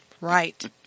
Right